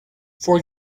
for